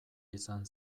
izan